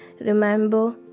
Remember